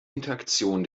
interaktion